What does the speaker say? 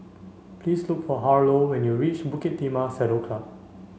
please look for Harlow when you reach Bukit Timah Saddle Club